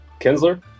Kinsler